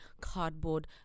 cardboard